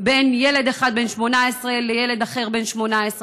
בין ילד אחד בן 18 לילד אחר בן 18,